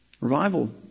Revival